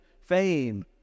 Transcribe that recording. fame